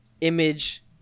image